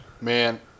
man